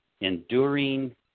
enduring